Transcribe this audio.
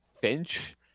Finch